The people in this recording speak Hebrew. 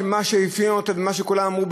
שמה שאפיין אותו ומה שכולם אמרו,